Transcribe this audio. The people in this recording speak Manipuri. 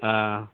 ꯑꯥ